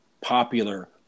popular